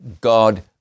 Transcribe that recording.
God